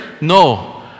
no